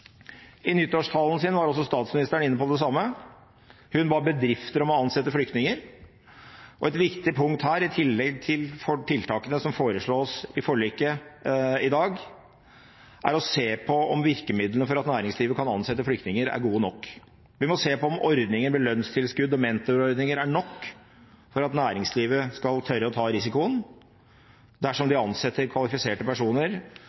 I nyttårstalen sin var også statsministeren inne på det samme. Hun ba bedrifter om å ansette flyktninger, og et viktig punkt her, i tillegg til tiltakene som foreslås i forliket i dag, er å se på om virkemidlene for at næringslivet kan ansette flyktninger, er gode nok. Vi må se på om ordninger med lønnstilskudd og mentorordninger er nok for at næringslivet skal tørre å ta risikoen dersom de ansetter kvalifiserte personer